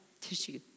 tissue